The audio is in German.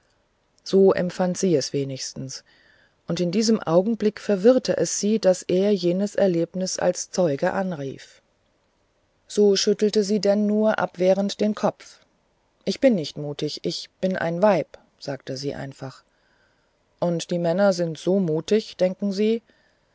so empfand wenigstens sie es und in diesem augenblick verwirrte es sie daß er jenes erlebnis als zeugen anrief so schüttelte sie denn nur abwehrend den kopf ich bin nicht mutig ich bin ein weib sagte sie einfach und die männer sind so mutig denken sie